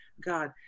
God